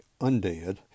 undead